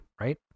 right